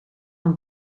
een